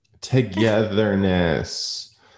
togetherness